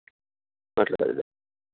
మాట్లాడాడు